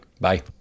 Bye